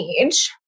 age